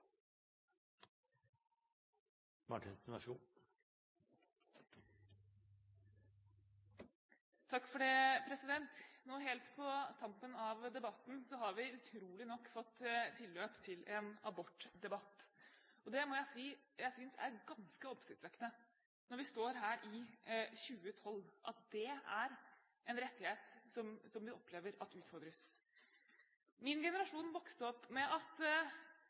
Nå helt på tampen av debatten har vi utrolig nok fått tilløp til en abortdebatt. Jeg må si at jeg synes det er ganske oppsiktsvekkende, når vi står her i 2012, at det er en rettighet som vi opplever at utfordres. Min generasjon vokste opp med at